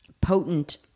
potent